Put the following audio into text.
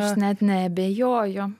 aš net neabejoju